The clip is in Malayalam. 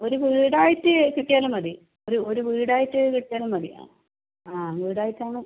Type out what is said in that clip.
ഒരു വീടായിട്ട് കിട്ടിയാലും മതി ഒരു ഒരു വീടായിട്ട് കിട്ടിയാലും മതി ആ വീടായിട്ട് ആണ്